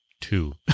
Two